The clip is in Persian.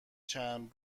چند